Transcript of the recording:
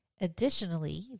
Additionally